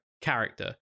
character